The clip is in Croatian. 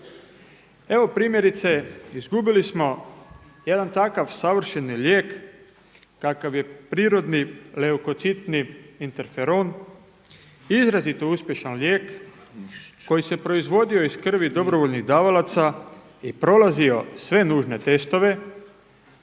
Evo primjerice izgubili smo jedan takav savršeni lijek kakav je prirodni leukocitni interferon, izrazito uspješan lijek koji se proizvodio iz krvi dobrovoljnih davalaca i prolazio sve nužne testove